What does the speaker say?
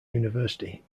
university